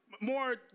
More